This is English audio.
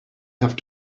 have